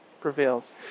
prevails